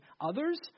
others